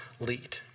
lead